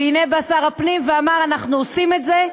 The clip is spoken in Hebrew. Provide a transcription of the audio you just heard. והנה בא שר הפנים ואמר: אנחנו עושים את זה,